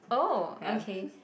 oh okay